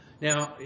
Now